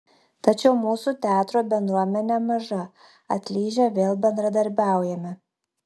tačiau mūsų teatro bendruomenė maža atlyžę vėl bendradarbiaujame